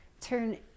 turn